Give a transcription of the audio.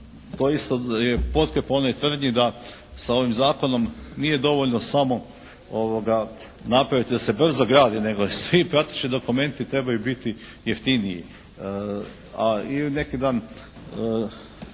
Doista je potkrjepa onoj tvrdnji da sa ovim zakonom nije dovoljno samo napraviti da se brzo gradi nego i svi praktični dokumenti trebaju biti jeftiniji.